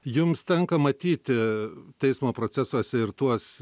jums tenka matyti teismo procesuose ir tuos